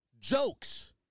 Jokes